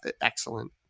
excellent